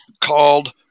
called